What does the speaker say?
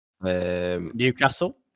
Newcastle